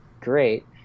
great